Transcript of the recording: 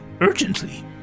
urgently